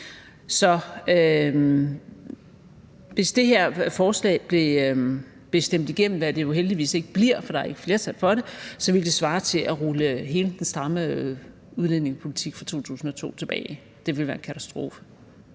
hvis det her forslag blev stemt igennem, hvad det jo heldigvis ikke bliver, for der er ikke flertal for det, ville det svare til at rulle hele den stramme udlændingepolitik fra 2002 og frem tilbage. Det ville være en katastrofe.